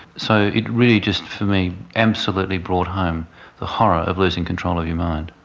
so it really just for me absolutely brought home the horror of losing control of your mind.